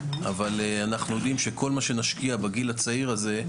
אבל אנחנו יודעים שכל מה שנשקיע בגיל הצעיר הזה,